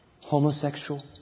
homosexual